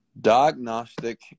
Diagnostic